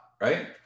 right